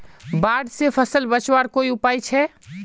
बाढ़ से फसल बचवार कोई उपाय छे?